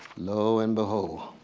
low and behold.